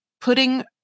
putting